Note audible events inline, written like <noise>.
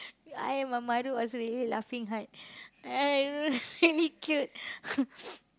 I and my mother was really laughing hard I <laughs> very cute <laughs>